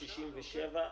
467,415,